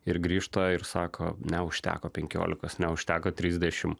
ir grįžta ir sako neužteko penkiolikos neužteko trisdešim